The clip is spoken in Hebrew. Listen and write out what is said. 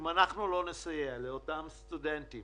אם לא נסייע לאותם סטודנטים